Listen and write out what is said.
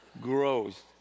Gross